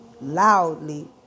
loudly